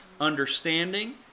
understanding